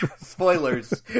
Spoilers